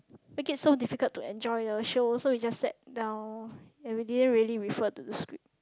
make it so difficult to enjoy so we just sat down and we didn't really refer to the script